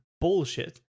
bullshit